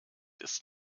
ist